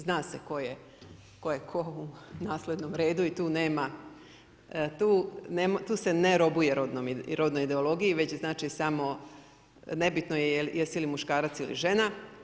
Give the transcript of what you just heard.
Zna se tko je tko u nasljednom redu i tu nema tu se ne robuje rodnoj ideologiji već znači samo nebitno je jesi li muškarac ili žena.